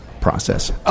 process